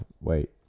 Wait